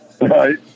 Right